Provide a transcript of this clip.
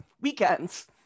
weekends